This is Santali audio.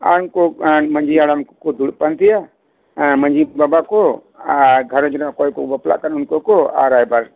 ᱟᱨ ᱩᱱᱠᱩ ᱢᱟᱺᱡᱷᱤ ᱦᱟᱲᱟᱢ ᱠᱚ ᱠᱚ ᱫᱩᱲᱩᱵ ᱯᱟᱱᱛᱮᱜᱼᱟ ᱦᱮᱸ ᱢᱟᱺᱡᱷᱤ ᱵᱟᱵᱟ ᱠᱚ ᱟᱨ ᱜᱷᱟᱸᱨᱚᱡᱽ ᱨᱮᱱ ᱚᱠᱚᱭ ᱠᱚ ᱵᱟᱯᱞᱟᱜ ᱠᱟᱱ ᱩᱱᱠᱩ ᱠᱚ ᱟᱨ ᱨᱟᱭᱵᱟᱨ